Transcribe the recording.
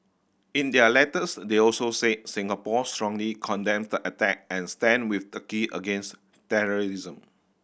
in their letters they also said Singapore strongly condemns the attack and stand with Turkey against terrorism